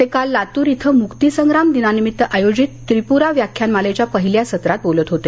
ते काल लातूर इथं मुक्तीसंग्राम दिनानिमित्त आयोजित त्रिपुरा व्याख्यान मालेच्या पहिल्या सत्रात बोलत होते